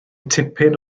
tipyn